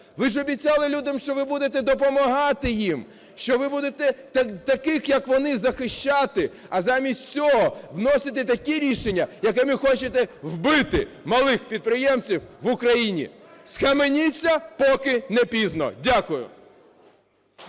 Ви ж обіцяли людям, що ви будете допомагати їм, що ви будете таких, як вони, захищати, а замість цього вносите такі рішення, якими хочете вбити малих підприємців в Україні. Схаменіться, поки не пізно! Дякую.